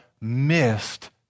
missed